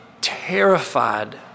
terrified